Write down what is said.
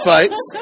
Fights